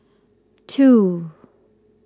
two